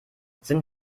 sind